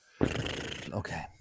Okay